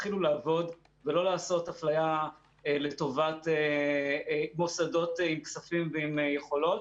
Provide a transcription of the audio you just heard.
תתחילו לעבוד ולא לעשות אפליה לטובת מוסדות עם כספים ועם יכולות,